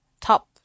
Top